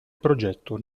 progetto